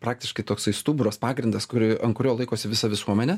praktiškai toksai stuburas pagrindas kuri ant kurio laikosi visa visuomenė